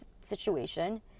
situation